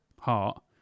heart